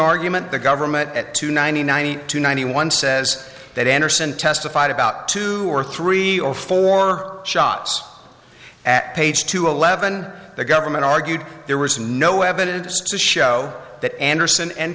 argument the government at two ninety ninety two ninety one says that andersen testified about two or three or four shots at page two eleven the government argued there was no evidence to show that andersen and